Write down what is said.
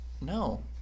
No